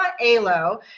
Alo